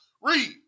Read